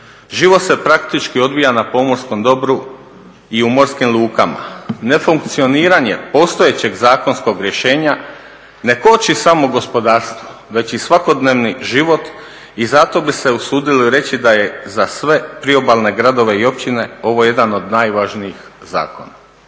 Život se praktički odvija na pomorskom dobru i u morskim lukama. Nefunkcioniranje postojećeg zakonskog rješenja ne koči samo gospodarstvo već i svakodnevni život i zato bi s usudili reći da je za sve priobalne gradove i općine ovo jedan od najvažnijih zakona.